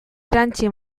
erantsi